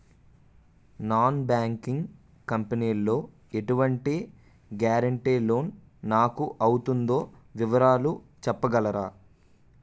Non banking company లో ఎటువంటి guarantee loan నాకు అవుతుందో వివరాలు చెప్పగలరా?